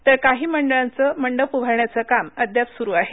तर काही मंडळांचं मंडप उभारण्याचं काम अद्याप स्रू आहे